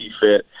fit